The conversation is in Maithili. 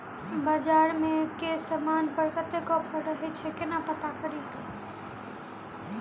बजार मे केँ समान पर कत्ते ऑफर रहय छै केना पत्ता कड़ी?